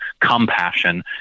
compassion